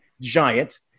giant